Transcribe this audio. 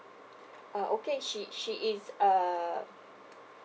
uh okay she she is uh